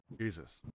Jesus